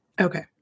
Okay